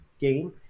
game